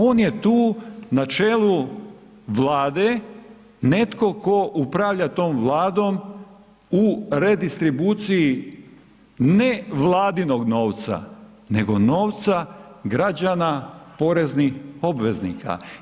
On je tu na čelu Vlade netko tko upravlja tom Vladom u redistribuciji ne vladinog novca, nego novca građana poreznih obveznika.